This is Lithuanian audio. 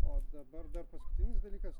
o dabar dar paskutinis dalykas